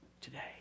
today